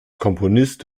komponist